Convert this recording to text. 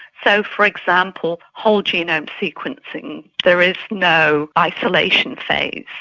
so, for example, whole genome sequencing, there is no isolation phase.